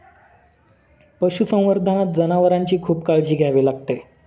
पशुसंवर्धनात जनावरांची खूप काळजी घ्यावी लागते